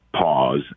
Pause